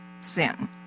sin